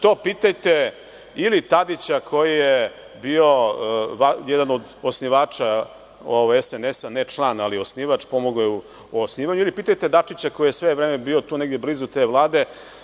To pitajte ili Tadića, koji je bio jedan od osnivača SNS, ne član, ali osnivač, pomogao je u osnivanju, ili pitajte Dačića, koji je sve vreme bio tu negde blizu te vlade.